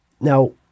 Now